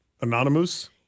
anonymous